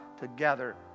together